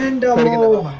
and doubling of the